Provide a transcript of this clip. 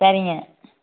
சரிங்க